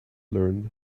learned